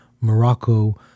Morocco